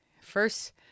first